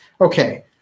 Okay